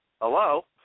hello